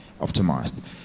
optimized